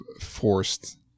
forced